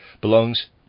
belongs